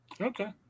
Okay